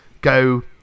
go